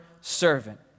servant